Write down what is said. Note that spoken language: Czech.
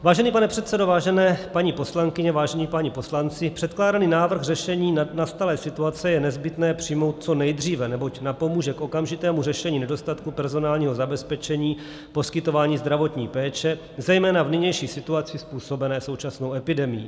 Vážený pane předsedo, vážené paní poslankyně, vážení páni poslanci, předkládaný návrh řešení nastalé situace je nezbytné přijmout co nejdříve, neboť napomůže k okamžitému řešení nedostatku personálního zabezpečení poskytování zdravotní péče zejména v nynější situaci způsobené současnou epidemií.